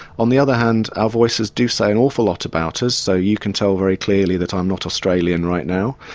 on the other hand our voices do say an awful lot about us, so you can tell very clearly that i'm not australian right now,